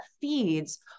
feeds